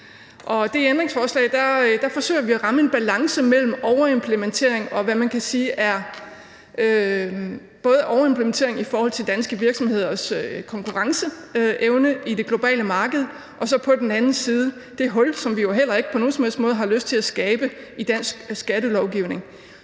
ændringsforslag forsøger vi at ramme en balance mellem overimplementering på den ene side, altså overimplementering i forhold til danske virksomheders konkurrenceevne på det globale marked, og på den anden side det hul, som vi jo heller ikke på nogen som helst måde har lyst til at skabe i dansk skattelovgivning.